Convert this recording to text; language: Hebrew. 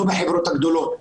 לא בחברות הגדולות,